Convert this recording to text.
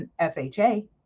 fha